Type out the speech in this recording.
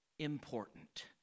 important